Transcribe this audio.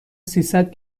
سیصد